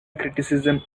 criticism